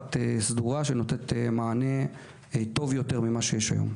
אחת סדורה שנותנת מענה טוב יותר ממה שיש היום.